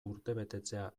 urtebetetzea